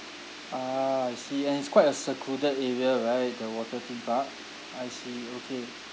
ah I see and it's quite a secluded area right the water theme park I see okay